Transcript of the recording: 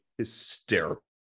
hysterical